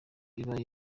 iba